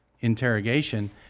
interrogation